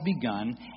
begun